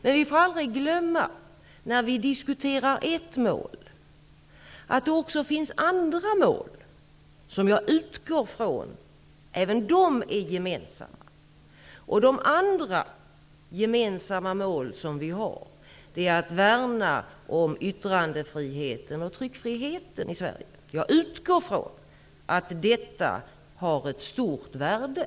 Men vi får aldrig glömma, när vi diskuterar ett mål, att det också finns andra mål, nämligen att värna om yttrandefriheten och tryckfriheten i Sverige. Jag utgår från att vi även har detta mål gemensamt. Jag utgår från att detta har ett stort värde.